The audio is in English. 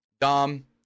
Dom